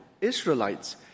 Israelites